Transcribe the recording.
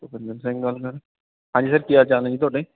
ਭੁਪਿੰਦਰ ਸਿੰਘ ਗੱਲ ਕਰ ਹਾਂਜੀ ਸਰ ਕੀ ਹਾਲ ਚਾਲ ਨੇ ਜੀ ਤੁਹਾਡੇ